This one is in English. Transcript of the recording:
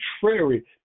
contrary